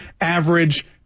average